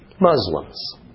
Muslims